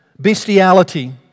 Bestiality